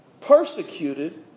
persecuted